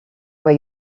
were